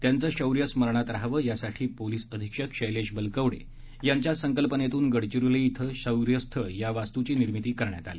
त्यांचे शौर्य स्मरणात राहण्यासाठी पोलिस अधीक्षक शैलेश बलकवडे यांच्या संकल्पनेतून गडचिरोली इथं शौर्य स्थळ या वास्तूची निर्मिती करण्यात आली